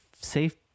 safe